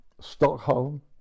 Stockholm